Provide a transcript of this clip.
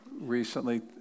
recently